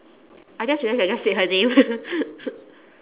I just realised I just said her name